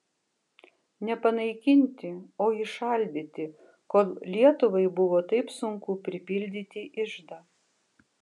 ne panaikinti o įšaldyti kol lietuvai buvo taip sunku pripildyti iždą